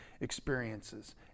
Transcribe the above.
experiences